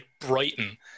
Brighton